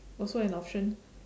also an option